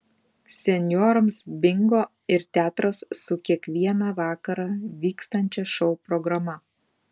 senjorams bingo ir teatras su kiekvieną vakarą vykstančia šou programa